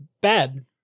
Bad